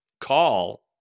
call